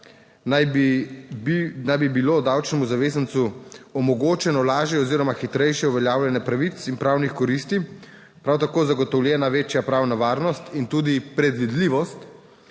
naj bi bilo davčnemu zavezancu omogočeno lažje oziroma hitrejše uveljavljanje pravic in pravnih koristi, prav tako zagotovljena večja pravna varnost in tudi predvidljivost,